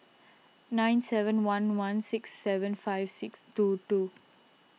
nine seven one one six seven five six two two